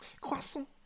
Croissant